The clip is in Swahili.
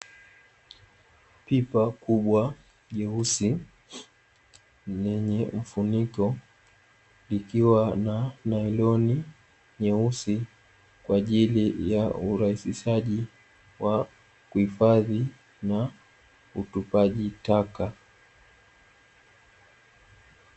Pipa kubwa leusi lenye mfuniko, likiwa na lailoni nyeusi kwa ajili ya urahisishaji wa uhifadhi wa utupaji taka.